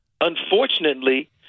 unfortunately